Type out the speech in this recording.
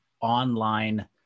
online